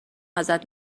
ازت